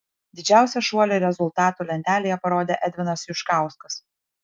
didžiausią šuolį rezultatų lentelėje parodė edvinas juškauskas